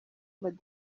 mme